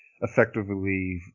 effectively